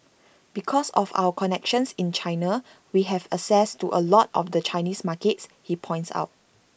because of our connections in China we have access to A lot of the Chinese markets he points out